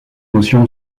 motion